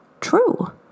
true